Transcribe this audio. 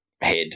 head